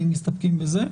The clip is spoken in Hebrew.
האם מסתפקים בזה?